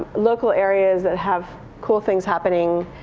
local areas that have cool things happening.